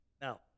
Now